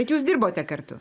jūs dirbote kartu